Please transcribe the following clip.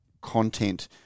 content